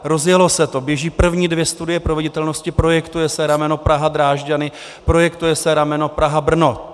Rozjelo se to, běží první dvě studie proveditelnosti, projektuje se rameno PrahaDrážďany, projektuje se rameno PrahaBrno.